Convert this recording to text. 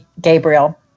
Gabriel